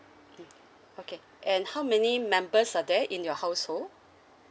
mm okay and how many members are there in your household